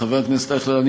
חבר הכנסת אייכלר,